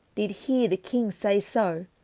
did heare the king saye soe,